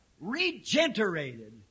regenerated